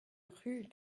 rue